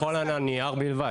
זה נכון על הנייר בלבד.